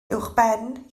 uwchben